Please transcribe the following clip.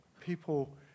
People